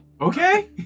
Okay